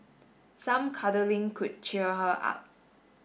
some cuddling could cheer her up